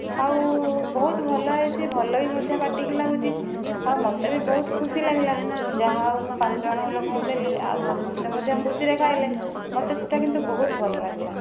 ଆଉ ବହୁତ ଭଲ ହୋଇଛି ଭଲ ଭି ମଧ୍ୟ ପାଟି କି ଲାଗୁଛି ଆଉ ମୋତେ ବି ବହୁତ ଖୁସି ଲାଗିଲା ଯାହା ହେଉ ମୁଁ ପାଞ୍ଚ ଜଣ ଲୋକଙ୍କୁ ଦେଲି ଆଉ ସମସ୍ତେ ମଧ୍ୟ ଖୁସିରେ ଖାଇଲେ ମୋତେ ସେଇଟା କିନ୍ତୁ ବହୁତ ଭଲ ଲାଗିଲା